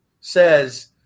says